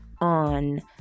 on